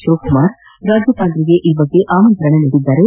ಶಿವಕುಮಾರ್ ರಾಜ್ಯಪಾಲರಿಗೆ ಈ ಬಗ್ಗೆ ಆಮಂತ್ರಣ ನೀಡಿದ್ದಾರೆ